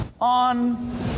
on